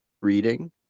reading